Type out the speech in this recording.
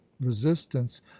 resistance